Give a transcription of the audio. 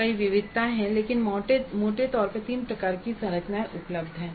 कई विविधताएं हैं लेकिन मोटे तौर पर तीन प्रकार की संरचनाएं उपलब्ध हैं